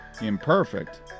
imperfect